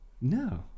No